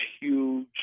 huge